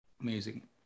amazing